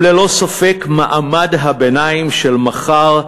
הם ללא ספק מעמד הביניים של מחר,